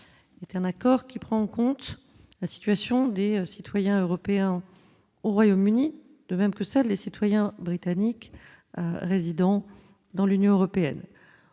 c'est un accord qui prend en compte la situation des citoyens européens au Royaume-Uni, de même que celles des citoyens britanniques résidant dans l'Union européenne,